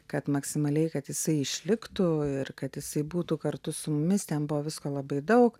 kad maksimaliai kad jisai išliktų ir kad jisai būtų kartu su mumis ten buvo visko labai daug